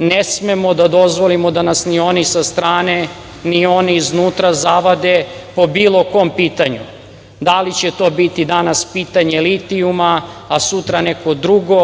Ne smemo da dozvolimo da nas ni oni sa strane, ni oni iznutra zavade po bilo kom pitanju. Da li će to biti danas pitanje litijuma, a sutra neko drugo